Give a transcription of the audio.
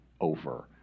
over